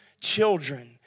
children